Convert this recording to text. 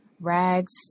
Rags